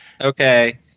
Okay